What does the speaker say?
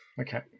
Okay